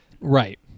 Right